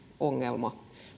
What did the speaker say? ongelma